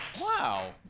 Wow